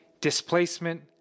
displacement